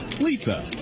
Lisa